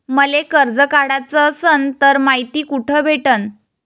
मले कर्ज काढाच असनं तर मायती कुठ भेटनं?